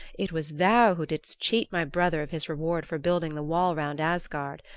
it was thou who didst cheat my brother of his reward for building the wall round asgard.